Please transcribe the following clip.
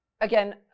again